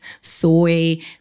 soy